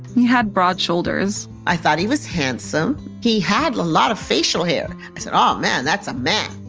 he had broad shoulders i thought he was handsome. he had a lot of facial hair. i said, oh, man, that's a man.